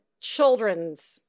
children's